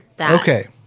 Okay